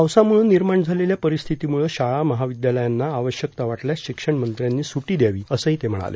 पावसामुळं निर्माण झालेल्या परिस्थितीमुळं शाळा महाविद्यालयांना आवश्यकता वाटल्यास शिक्षणमंत्र्यांनी सुटी दद्यावी असंही ते म्हणाले